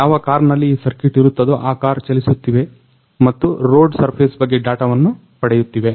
ಯಾವ ಕಾರ್ನಲ್ಲಿ ಈ ಸರ್ಕ್ಯುಟ್ ಇರುತ್ತದೊ ಆ ಕಾರು ಚಲಿಸುತ್ತಿವೆ ಮತ್ತು ರೋಡ್ ಸರ್ಫೆಸ್ ಬಗ್ಗೆ ಡಾಟವನ್ನ ಪಡೆಯುತ್ತಿವೆ